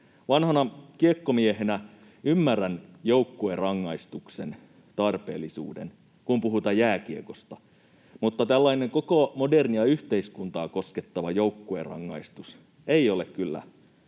Vanhana kiekkomiehenä ymmärrän joukkuerangaistuksen tarpeellisuuden, kun puhutaan jääkiekosta, mutta tällainen koko modernia yhteiskuntaa koskettava joukkuerangaistus ei ole kyllä